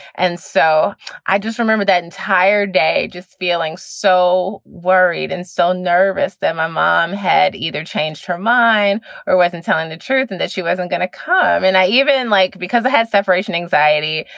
and so i just remember that entire day just feeling so worried and so nervous that my mom had either changed her mind or wasn't telling the truth and that she wasn't going to come. and i even like because i had separation anxiety.